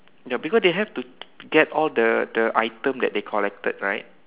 ya because they have to get all the the item that they collected right